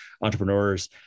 entrepreneurs